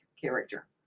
character